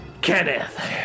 Kenneth